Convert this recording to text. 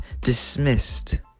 dismissed